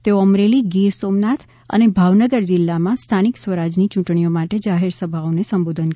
તેઓ અમરેલી ગીર સોમનાથ અને ભાવનગર જિલ્લામાં સ્થાનિક સ્વરાજ્યની યૂટણીઓ માટે જાહેર સભાઓને સંબોધન કરશે